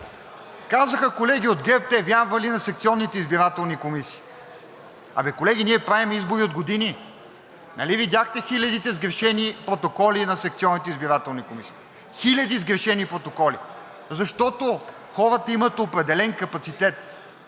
Казаха колеги от ГЕРБ, че те вярвали на секционните избирателни комисии. Абе, колеги, ние правим избори от години. Нали видяхте хилядите сгрешени протоколи на секционните избирателни комисии. Хиляди сгрешени протоколи! Защото хората имат определен капацитет